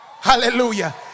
Hallelujah